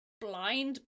Blind